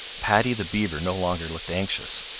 paddy the beaver no longer looked anxious.